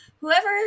whoever